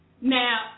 Now